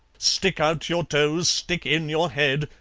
stick out your toes stick in your head,